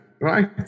right